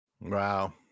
Wow